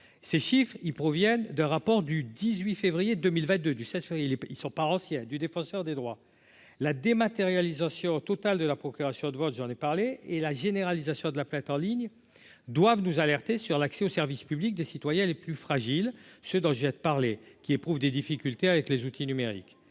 ces chiffres, ils proviennent d'un rapport du 18 février 2022 du 16 février les ils sont parents s'a du défenseur des droits, la dématérialisation totale de la procuration de vote, j'en ai parlé et la généralisation de la plainte en ligne doivent nous alerter sur l'accès aux services publics des citoyens les plus fragiles, ce dont j'ai parlé, qui éprouve des difficultés avec les outils numériques,